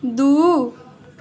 दू